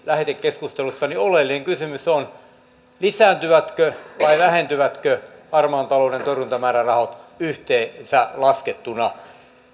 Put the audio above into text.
lähetekeskustelussa niin oleellinen kysymys on lisääntyvätkö vai vähentyvätkö harmaan talouden torjuntamäärärahat yhteensä laskettuna